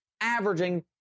averaging